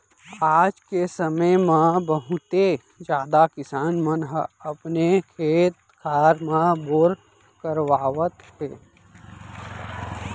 आज के समे म बहुते जादा किसान मन ह अपने खेत खार म बोर करवावत हे